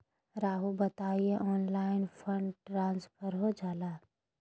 रहुआ बताइए online fund transfer हो जाला?